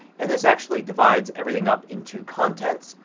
and this actually divides everything up into contents,